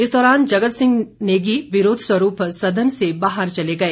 इस दौरान जगत सिंह नेगी विरोध स्वरूप सदन से बाहर चले गए